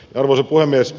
arvoisa puhemies